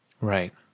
Right